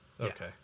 okay